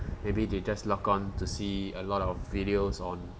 maybe they just log on to see a lot of videos on